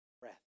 breath